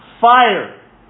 fire